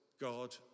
God